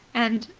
and,